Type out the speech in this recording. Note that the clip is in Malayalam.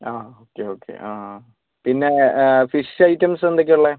ആ ഓക്കെ ഓക്കെ ആ പിന്നെ ഫിഷ് ഐറ്റംസ് എന്തൊക്കെയാണ് ഉള്ളത്